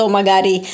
magari